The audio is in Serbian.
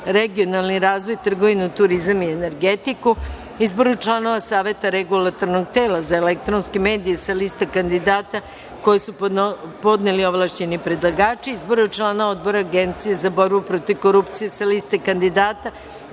regionalni razvoj, trgovinu, turizam i energetiku, Izboru članova Saveta Regulatornog tela za elektronske medije sa liste kandidata koje su podneli ovlašćeni predlagači, Izboru člana Odbora Agencije za borbu protiv korupcije, sa liste kandidata